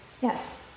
Yes